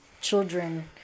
children